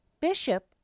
Bishop